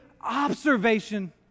observation